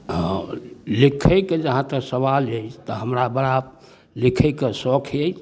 हँ लिखैके जहाँ तक सवाल अछि तऽ हमरा बड़ा लिखैके शौक अछि